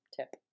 tip